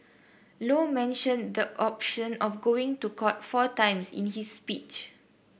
low mentioned the option of going to court four times in his speech